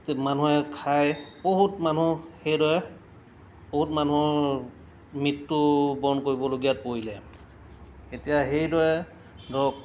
মানুহে খাই বহুত মানুহ সেইদৰে বহুত মানুহৰ মৃত্যু বৰণ কৰিবলগীয়াত পৰিলে এতিয়া সেইদৰে ধৰক